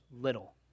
little